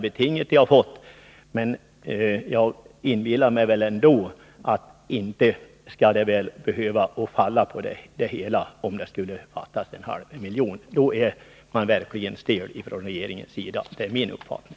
beting som den har fått, och jag inbillar mig ändå att detta inte skall behöva falla på grund av att det fattas en halv miljon kronor — då är man verkligen stelbent från regeringens sida, det är min uppfattning.